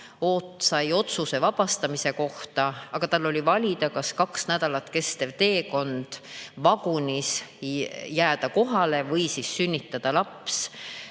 ema sai otsuse vabastamise kohta, aga tal oli valida, kas veeta kaks nädalat kestev teekond vagunis või jääda kohale, sünnitada laps